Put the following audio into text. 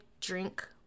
drink